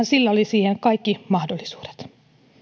sillä oli siihen kaikki mahdollisuudet